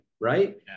Right